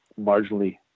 marginally